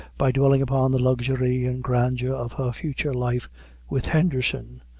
by dwelling upon the luxury and grandeur of her future life with henderson,